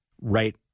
right